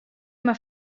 mar